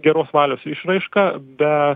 geros valios išraiška be